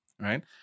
right